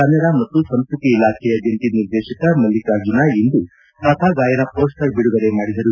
ಕನ್ನಡ ಮತ್ತು ಸಂಸ್ಟತಿ ಇಲಾಖೆಯ ಜಂಟಿ ನಿರ್ದೇಶಕ ಮಲ್ಲಿಕಾರ್ಜುನ ಇಂದು ಕಥಾ ಗಾಯನ ಪೋಸ್ವರ್ ಬಿಡುಗಡೆ ಮಾಡಿದರು